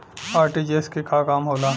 RTGS के का काम होला?